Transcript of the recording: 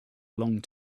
long